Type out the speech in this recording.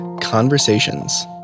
conversations